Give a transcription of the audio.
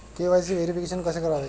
KYC verification कसे करावे?